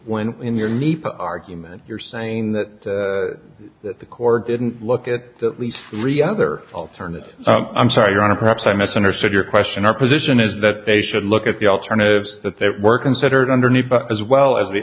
when in your meat argument you're saying that that the court didn't look at least three other alternatives i'm sorry your honor perhaps i misunderstood your question our position is that they should look at the alternatives that they were considered underneath as well